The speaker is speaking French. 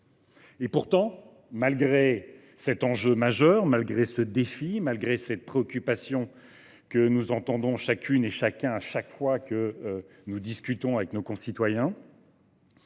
Pourtant, malgré cet enjeu majeur, malgré ce défi, malgré cette préoccupation que nous entendons tous chaque fois que nous discutons avec nos concitoyens,